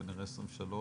כנראה 2023,